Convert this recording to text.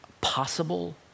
possible